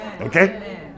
Okay